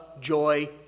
joy